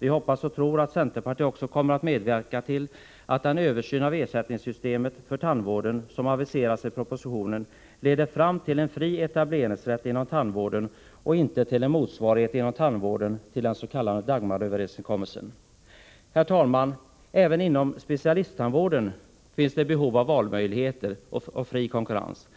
Vi hoppas och tror att också centerpartiet kommer att medverka till att den översyn av ersättningssystemet för tandvården, som aviseras i propositionen, leder fram till en fri etableringsrätt inom tandvården och inte till en motsvarighet inom tandvården till den s.k. Dagmaröverenskommelsen. Även inom specialisttandvården finns det behov av valmöjligheter och fri konkurrens.